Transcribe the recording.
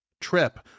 trip